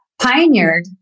pioneered